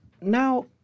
now